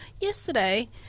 Yesterday